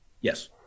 Yes